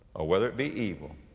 or whether it be evil.